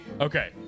Okay